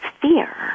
fear